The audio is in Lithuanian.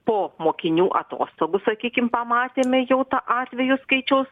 po mokinių atostogų sakykim pamatėme jau tą atvejų skaičiaus